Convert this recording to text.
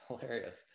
hilarious